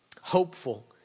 hopeful